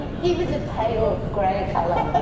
he was a pale, gray color.